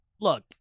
look